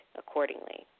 accordingly